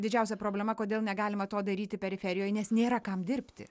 didžiausia problema kodėl negalima to daryti periferijoj nes nėra kam dirbti